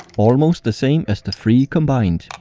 almost the same as the three combined.